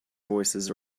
voices